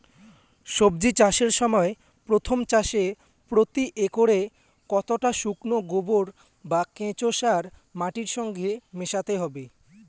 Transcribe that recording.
সবজি চাষের সময় প্রথম চাষে প্রতি একরে কতটা শুকনো গোবর বা কেঁচো সার মাটির সঙ্গে মেশাতে হবে?